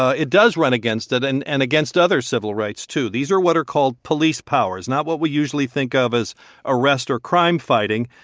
ah it does run against it and and against other civil rights, too. these are what are called police powers, not what we usually think of as arrest or crime fighting.